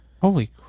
holy